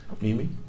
Mimi